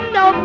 no